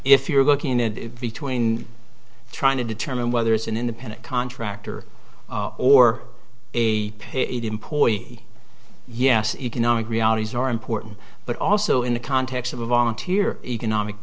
if you're looking at it between trying to determine whether it's an independent contractor or a paid employee yes economic realities are important but also in the context of a volunteer economic